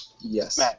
Yes